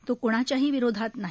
तो कोणाच्याही विरोधात नाही